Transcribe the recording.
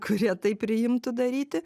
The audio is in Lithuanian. kurie tai priimtų daryti